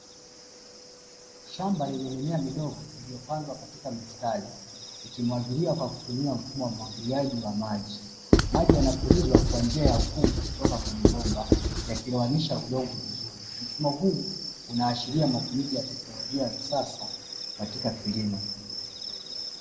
Shamba lenye mimea midogo iliyopandwa katika mistari ikimwagiliwa kwa kutumia mfumo wa umwagiliaji wa maji, maji yanapulizwa kwa njia ya ukungu kutoka kwenye bomba yakilowanisha udongo vizuri, mfumo huu unaashiria matumizi ya teknolojia ya kisasa katika kilimo